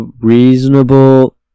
reasonable